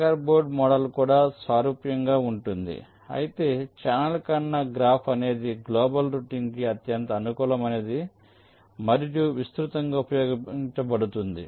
checker board model కూడా సారూప్యంగా ఉంటుంది అయితే ఛానల్ ఖండన గ్రాఫ్ అనేది గ్లోబల్ రౌటింగ్కు అత్యంత అనుకూలమైనది మరియు విస్తృతంగా ఉపయోగించబడుతుంది